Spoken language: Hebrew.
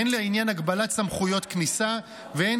הן לעניין הגבלת סמכויות כניסה והן